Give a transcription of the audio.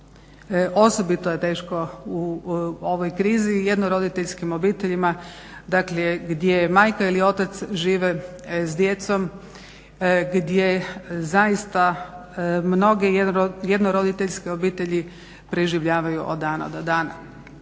Osobito je teško u ovoj krizi jedno roditeljskim obiteljima, dakle gdje majka ili otac žive s djecom gdje zaista mnoge jednoroditeljske obitelji preživljavaju od dana do dana.